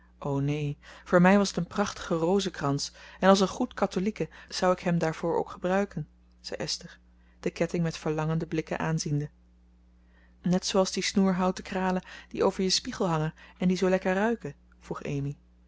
o neen voor mij was het een prachtige rozenkrans en als een goed katholieke zou ik hem daarvoor ook gebruiken zei esther de ketting met verlangende blikken aanziende net zoo als die snoer houten kralen die over je spiegel hangen en die zoo lekker ruiken vroeg amy